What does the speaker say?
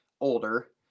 older